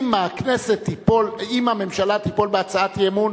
אם הממשלה תיפול בהצעת אי-אמון,